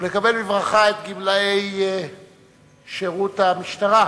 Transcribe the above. ולקבל בברכה את גמלאי שירות המשטרה.